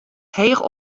heech